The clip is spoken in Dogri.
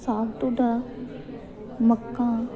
साग ढोड्डा मक्कां